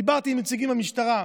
דיברתי עם נציגים במשטרה.